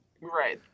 Right